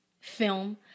film